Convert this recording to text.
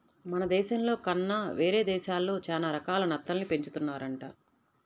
మన దేశంలో కన్నా వేరే దేశాల్లో చానా రకాల నత్తల్ని పెంచుతున్నారంట